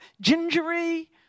gingery